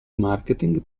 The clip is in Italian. marketing